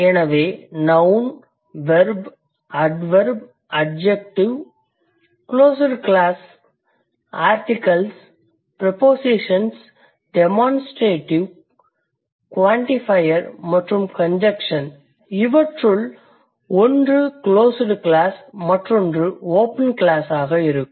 எனவே noun verb adverb adjective closed class articles preposition demonstrative quantifier மற்றும் conjunction இவற்றுள் ஒன்று க்ளோஸ்டு க்ளாஸ் மற்றொன்று ஓபன் க்ளாஸ் ஆக இருக்கும்